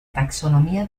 taxonomía